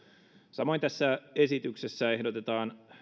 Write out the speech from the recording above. samoin tässä esityksessä ehdotetaan